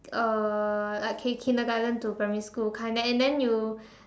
uh okay Kindergarten to primary school kind and then you